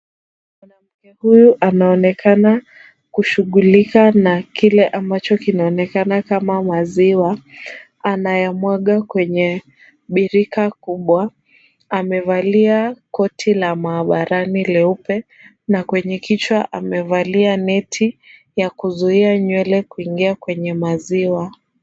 Mwanamke huyu anaonekana kushugulika na kile ambacho kinaonekana kama maziwa, anayamwaga kwenye birika kubwa, amevalia koti la maua rangi leupe, na kwenye kichwa amevalia neti ya kuzuia ywele kuingia kwenye maziwa.